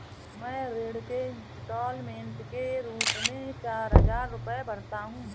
मैं ऋण के इन्स्टालमेंट के रूप में चार हजार रुपए भरता हूँ